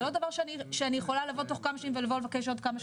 זה לא דבר שאני יכולה לבוא תוך כמה שנים ולבקש עוד כמה שקלים.